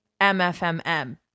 MFMM